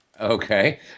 Okay